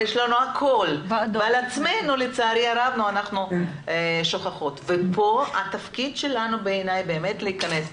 ואת עצמנו לצערי הרב אנחנו שוכחות ופה התפקיד שלנו בעיני באמת להכנס,